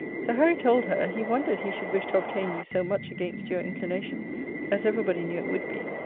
sir harry told her, he wondered he should wish to obtain you so much against you inclination as every body knew it would be,